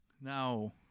Now